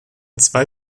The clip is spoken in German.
zwei